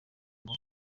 ngo